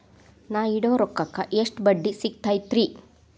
ನಾ ಇಡೋ ರೊಕ್ಕಕ್ ಎಷ್ಟ ಬಡ್ಡಿ ಸಿಕ್ತೈತ್ರಿ?